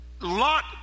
Lot